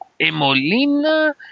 Emolina